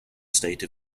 state